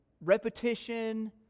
repetition